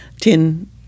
tin